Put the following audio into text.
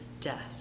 death